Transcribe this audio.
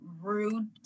rude